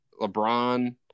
LeBron